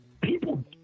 people